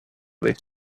way